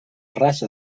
raça